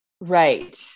Right